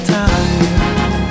time